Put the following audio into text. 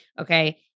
Okay